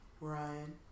Ryan